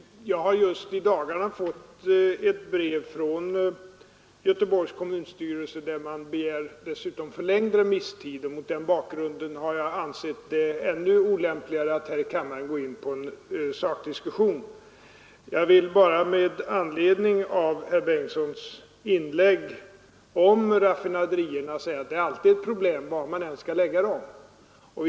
Herr talman! Jag har just i dagarna fått ett brev från Göteborgs kommunstyrelse, där man begär förlängd remisstid. Mot den bakgrunden har jag ansett det ännu olämpligare att här i kammaren gå in på en sakdiskussion. Jag vill bara med anledning av herr Bengtssons i Göteborg inlägg om raffinaderierna säga, att det alltid är ett problem var man än skall lägga dessa.